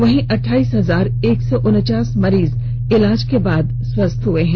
वहीं अठाइस हजार एक सौ उनचास मरीज इलाज के बाद स्वस्थ हो चुके हैं